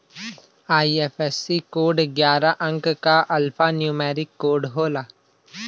IFSC code ग्यारह अंक क एल्फान्यूमेरिक कोड होला